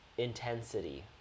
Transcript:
intensity